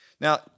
Now